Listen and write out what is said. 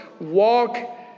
walk